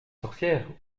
sorcière